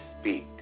speak